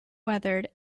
weathered